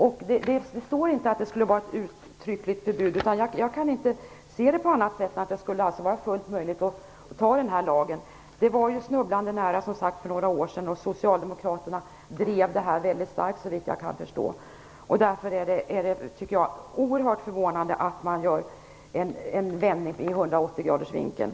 Det står inte i propositionen att det skulle vara fråga om ett uttryckligt förbud, och jag kan inte se det på annat sätt än att det skulle vara fullt möjligt att anta den här lagen. Det var som sagt snubblande nära för några år sedan, då Socialdemokraterna såvitt jag kan förstå drev frågan väldigt starkt. Därför är det oerhört förvånande att man nu gör en 180-graders vändning.